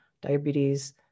diabetes